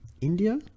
india